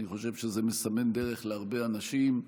אני חושב שזה מסמן דרך להרבה אנשים,